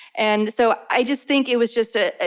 and so i just think it was just ah a,